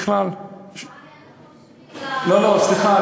לא, לא, סליחה.